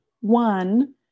one